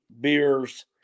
beers